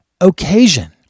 occasion